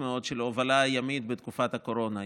מאוד של ההובלה הימית בתקופת הקורונה.